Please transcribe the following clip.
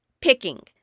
picking